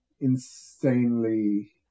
insanely